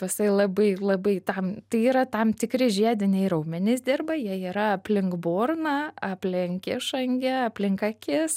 jisai labai labai tam tai yra tam tikri žiediniai raumenys dirba jie yra aplink burną aplink išangę aplink akis